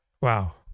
Wow